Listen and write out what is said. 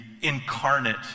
incarnate